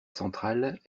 centrale